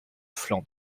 flancs